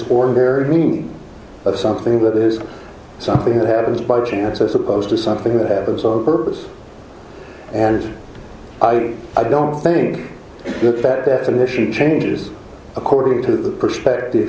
ordinary name of something that is something that happens by chance as opposed to something that happens on purpose and i don't think look that definition changes according to the perspective